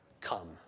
come